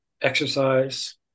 exercise